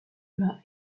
bas